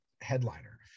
headliner